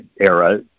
era